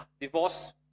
divorce